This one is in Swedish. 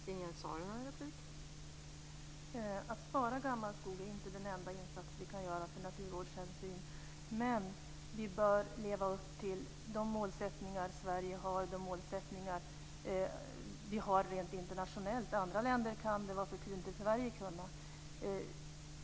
Fru talman! Att spara gammal skog är inte den enda insats vi kan göra för naturvårdshänsynen. Men vi bör leva upp till de målsättningar Sverige har och de målsättningar vi har internationellt. Om andra länder kan, varför skulle inte Sverige kunna?